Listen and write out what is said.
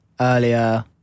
earlier